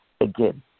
again